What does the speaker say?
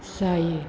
जायो